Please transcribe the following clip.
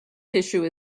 tissue